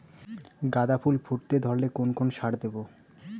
গাদা ফুল ফুটতে ধরলে কোন কোন সার দেব?